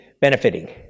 benefiting